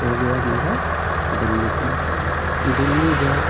हो गया मेरा दिल्ली के लिए दिल्ली गए